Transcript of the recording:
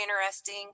interesting